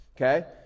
Okay